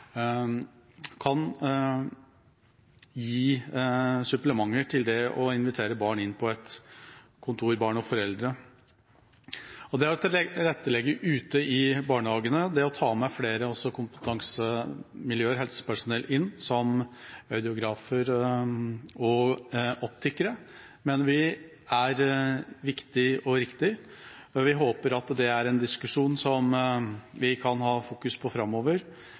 kan være et supplement til det å invitere barn og foreldre inn på et kontor. Det å tilrettelegge ute i barnehagene, det å ta med flere kompetansemiljøer og helsepersonell inn, som audiografer og optikere, mener vi er viktig og riktig. Vi håper det er en diskusjon vi kan fokusere på framover.